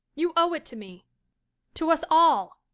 you owe it to me to us all.